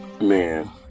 Man